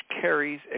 carries